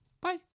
Bye